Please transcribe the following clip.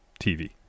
TV